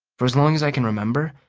for as long as i can remember,